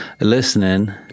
listening